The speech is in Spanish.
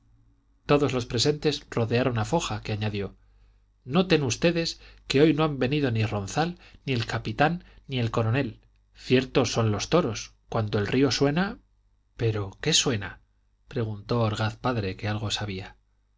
todos los presentes rodearon a foja que añadió noten ustedes que hoy no han venido ni ronzal ni el capitán ni el coronel ciertos son los toros cuando el río suena pero qué suena preguntó orgaz padre que algo sabía